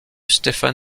stefan